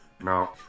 No